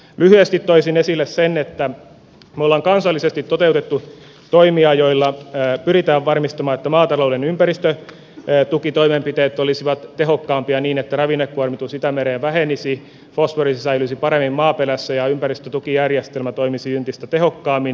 lyhyesti toisin esille sen että me olemme kansallisesti toteuttaneet toimia joilla pyritään varmistamaan että maatalouden ympäristötukitoimenpiteet olisivat tehokkaampia niin että ravinnekuormitus itämereen vähenisi fosfori säilyisi paremmin maaperässä ja ympäristötukijärjestelmä toimisi entistä tehokkaammin